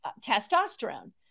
testosterone